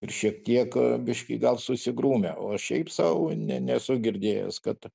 ir šiek tiek biškį gal susigrūmė o šiaip sau ne nesu girdėjęs kad